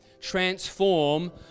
transform